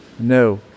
No